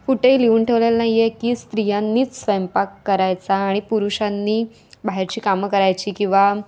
कुठेही लिहून ठेवलेलं नाही आहे की स्त्रियांनीच स्वयंपाक करायचा आणि पुरुषांनी बाहेरची कामं करायची किंवा